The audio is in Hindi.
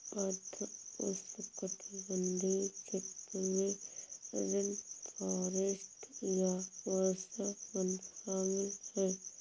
आर्द्र उष्णकटिबंधीय क्षेत्र में रेनफॉरेस्ट या वर्षावन शामिल हैं